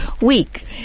week